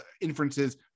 inferences